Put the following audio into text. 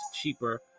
cheaper